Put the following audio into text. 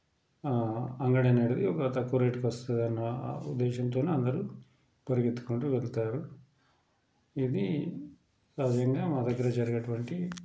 అంగడి అనేది ఒక తక్కువ రేట్కి వస్తుందన్న ఉద్దేశంతో అందరూ పరిగెత్తుకుంటూ వెళ్తారు ఇది సహజంగా మా దగ్గర జరిగేటువంటి